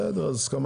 בסדר.